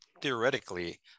theoretically